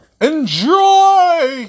Enjoy